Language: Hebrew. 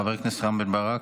חבר הכנסת רם בן ברק.